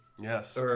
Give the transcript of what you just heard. Yes